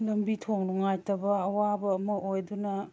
ꯂꯝꯕꯤ ꯊꯣꯡ ꯅꯨꯡꯉꯥꯏꯇꯕ ꯑꯋꯥꯕ ꯑꯃ ꯑꯣꯏ ꯑꯗꯨꯅ